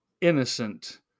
innocent